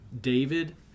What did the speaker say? David